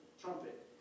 trumpet